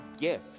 gift